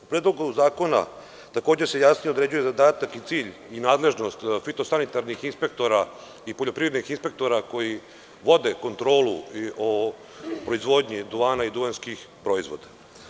U Predlogu zakona takođe se jasnije određuju zadatak, cilj i nadležnost fitosanitarnih inspektora i poljoprivrednih inspektora koji vode kontrolu o proizvodnji duvana i duvanskih proizvoda.